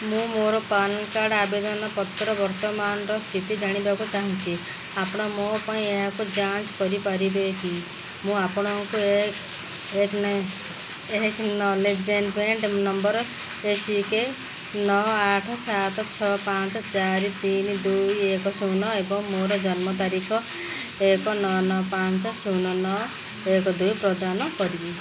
ମୁଁ ମୋର PAN card ଆବେଦନପତ୍ରର ବର୍ତ୍ତମାନର ସ୍ଥିତି ଜାଣିବାକୁ ଚାହୁଁଛି ଆପଣ ମୋ ପାଇଁ ଏହାକୁ ଯାଞ୍ଚ କରିପାରିବେ କି ମୁଁ ଆପଣଙ୍କୁ acknowledgement number A C K ନଅ ଆଠ ସାତ ଛଅ ପାଞ୍ଚ ଚାରି ତିନି ଦୁଇ ଏକ ଶୂନ ଏବଂ ମୋର ଜନ୍ମ ତାରିଖ ଏକ ନଅ ନଅ ପାଞ୍ଚ ଶୂନ ନଅ ଏକ ଦୁଇ ପ୍ରଦାନ କରିବି